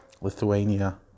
lithuania